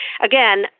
Again